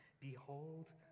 behold